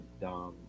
Dom